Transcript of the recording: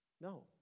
No